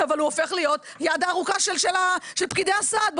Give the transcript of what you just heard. אבל הוא הופך להיות היד הארוכה של פקידי הסעד,